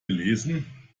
gelesen